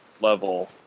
level